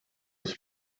was